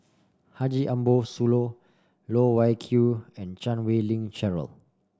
Haji Ambo Sooloh Loh Wai Kiew and Chan Wei Ling Cheryl